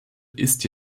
ist